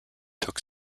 took